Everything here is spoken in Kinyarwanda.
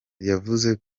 yavuze